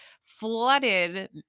flooded